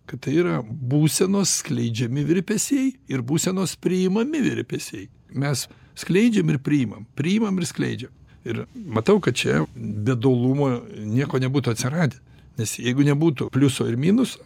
kad tai yra būsenos skleidžiami virpesiai ir būsenos priimami virpesiai mes skleidžiam ir priimam priimam ir skleidžiam ir matau kad čia be dualumo nieko nebūtų atsiradę nes jeigu nebūtų pliuso ar minuso